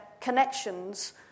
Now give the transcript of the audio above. connections